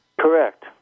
Correct